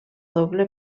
doble